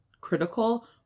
critical